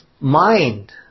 mind